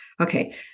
okay